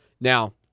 Now